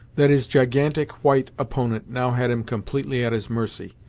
that his gigantic white opponent now had him completely at his mercy.